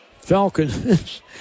Falcons